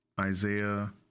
Isaiah